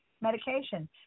medication